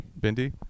Bindi